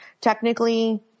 Technically